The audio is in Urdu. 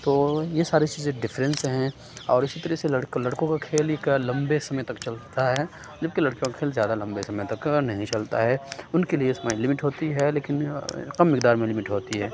تو یہ ساری چیزیں ڈیفرینس ہیں اور اِسی طرح سے لڑکے لڑکوں کا کھیل ایک لمبے سمے تک چلتا ہے جب کہ لڑکیوں کا کھیل زیادہ لمبے سمے تک نہیں چلتا ہے اُن کے لیے ایک سمے لمٹ ہوتی ہے لیکن کم مقدار میں لمٹ ہوتی ہے